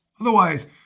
Otherwise